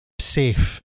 safe